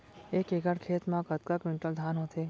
एक एकड़ खेत मा कतका क्विंटल धान होथे?